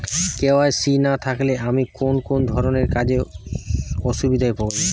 KYC না থাকলে আমি কোন কোন ধরনের কাজে অসুবিধায় পড়ব?